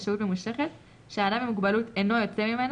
לשהות ממושכת שהאדם עם המוגבלות אינו יוצא ממנה,